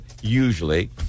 usually